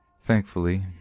Thankfully